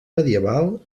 medieval